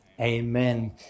amen